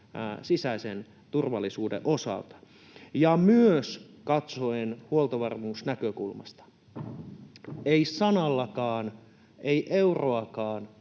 sisäisen turvallisuuden osalta. Myös katsoen huoltovarmuusnäkökulmasta ei sanallakaan, ei euroakaan